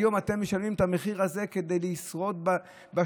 היום אתם משלמים את המחיר הזה כדי לשרוד בשלטון?